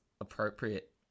appropriate